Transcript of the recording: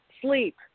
sleep